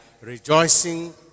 rejoicing